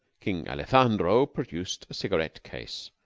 king alejandro produced a cigaret-case,